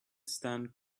stand